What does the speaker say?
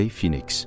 Phoenix